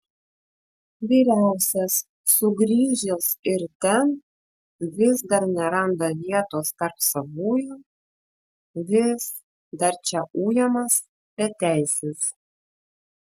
vyriausias sugrįžęs ir ten vis dar neranda vietos tarp savųjų vis dar čia ujamas beteisis